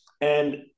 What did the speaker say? And-